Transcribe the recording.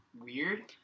weird